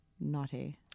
naughty